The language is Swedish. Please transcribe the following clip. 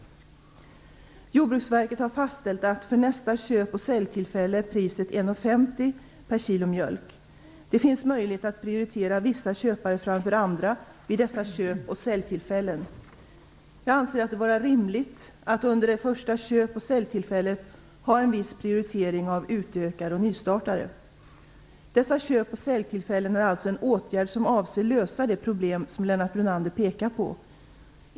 Jordbruksverket har fastställt att för nästa köp och säljtillfälle är priset 1,50 kr/kg mjölk. Det finns möjlighet att prioritera vissa köpare framför andra vid dessa köpoch säljtillfällen. Jag anser att det kan vara rimligt att under det första köp och säljtillfället ha en viss prioritering av utökare och nystartare. Dessa köp och säljtillfällen är alltså en åtgärd som avser att lösa de problem som Lennart Brunander pekar på.